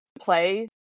play